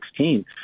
2016